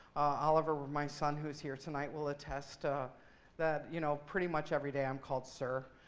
oliver my son, who's here tonight will attest ah that, you know pretty much, every day i'm called sir.